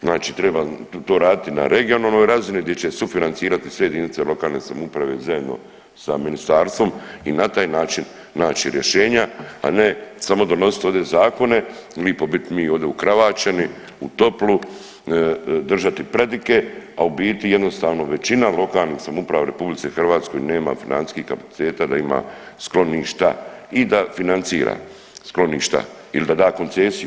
Znači treba to raditi na regionalnoj razini gdje će sufinancirati sve jedinice lokalne samouprave zajedno sa ministarstvom i na taj način naći rješenja, a ne samo donositi ovdje zakone i lipo bit mi ovdje ukravaćeni u toplu, držati predike, a u biti jednostavno većina lokalnih samouprava u RH nema financijskih kapaciteta da ima skloništa i da financira skloništa ili da da koncesiju.